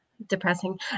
Depressing